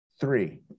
Three